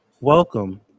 welcome